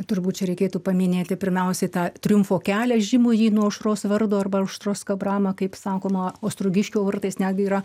turbūt čia reikėtų paminėti pirmiausiai tą triumfo kelią žymųjį nuo aušros vardo arba aušros kabramą kaip sakoma ostrogiškio vartais netgi yra